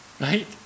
right